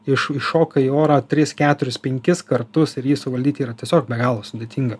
iš iššoka į orą tris keturis penkis kartus ir jį suvaldyti yra tiesiog be galo sudėtinga